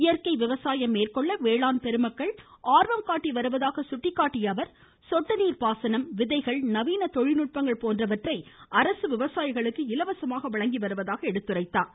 இயற்கை விவசாயம் மேற்கொள்ள வேளாண் பெருமக்கள் ஆர்வம் காட்டி வருவதாக சுட்டிக்காட்டிய அவர் சொட்டுநீர் பாசனம் விதைகள் நவ்ன தொழில்நுட்பங்கள் போன்றவற்றை அரசு விவசாயிகளுக்கு இலவசமாக வழங்கி வருவதாக எடுத்துரைத்தார்